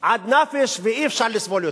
עד נפש ואי-אפשר לסבול יותר.